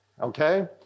okay